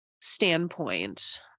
standpoint